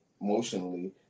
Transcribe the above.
emotionally